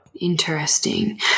interesting